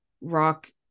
rock